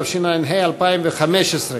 התשע"ה 2015,